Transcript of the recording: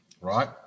right